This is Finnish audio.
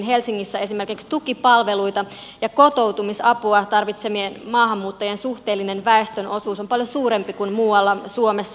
helsingissä esimerkiksi tukipalveluita ja kotoutumisapua tarvitsevien maahanmuuttajien suhteellinen väestönosuus on paljon suurempi kuin muualla suomessa